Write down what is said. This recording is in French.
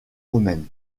romaine